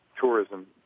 tourism